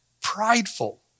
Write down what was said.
prideful